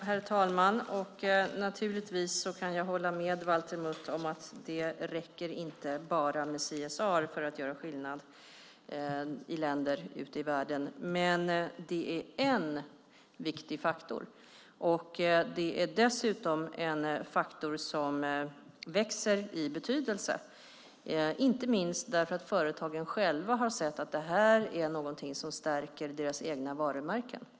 Herr talman! Jag kan hålla med Valter Mutt om att det inte räcker med bara CSR för att göra skillnad i länder ute i världen, men det är en viktig faktor. Det är dessutom en faktor som växer i betydelse inte minst för att företagen själva ser att det är någonting som stärker deras egna varumärken.